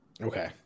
Okay